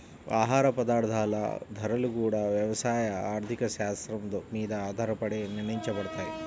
ఆహార పదార్థాల ధరలు గూడా యవసాయ ఆర్థిక శాత్రం మీద ఆధారపడే నిర్ణయించబడతయ్